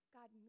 God